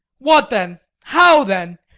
what then? how then?